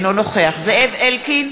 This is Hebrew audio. אינו נוכח זאב אלקין,